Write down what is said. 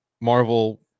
marvel